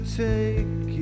take